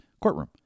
courtroom